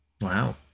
wow